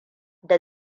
da